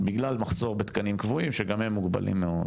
בגלל מחסור בתקנים קבועים שגם הם מוגבלים מאוד,